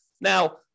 Now